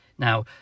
Now